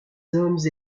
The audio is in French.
hommes